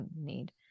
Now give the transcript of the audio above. need